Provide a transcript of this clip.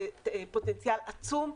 זה פוטנציאל עצום.